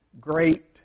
great